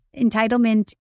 entitlement